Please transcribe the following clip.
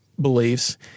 beliefs